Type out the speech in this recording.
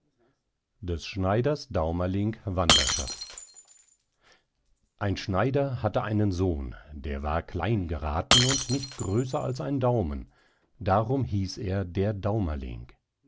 des schneiders daumerling wanderschaft ein schneider hatte einen sohn der war klein gerathen und nicht größer als ein daumen darum hieß er der daumerling